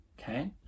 Okay